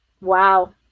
wow